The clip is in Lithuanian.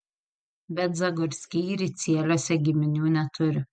bet zagorskiai ricieliuose giminių neturi